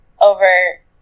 over